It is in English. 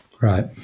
Right